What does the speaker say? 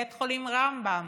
בית חולים רמב"ם